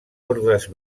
ordes